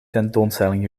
tentoonstelling